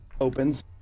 opens